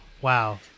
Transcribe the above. Wow